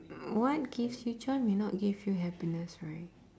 what gives you joy may not give you happiness right